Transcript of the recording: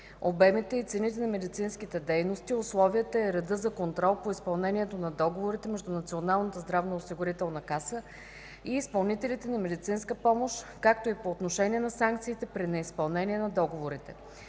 обемите и цените на медицинските дейности, условията и реда за контрол по изпълнението на договорите между Националната здравноосигурителна каса и изпълнителите на медицинска помощ, както и по отношение на санкциите при неизпълнение на договорите.